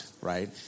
right